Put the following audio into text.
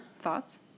Thoughts